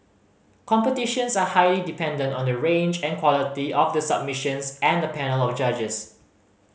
competitions are highly dependent on the range and quality of the submissions and the panel of judges